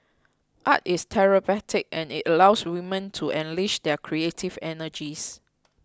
art is therapeutic and it allows women to unleash their creative energies